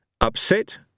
Upset